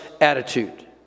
attitude